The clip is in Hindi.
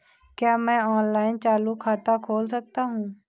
क्या मैं ऑनलाइन चालू खाता खोल सकता हूँ?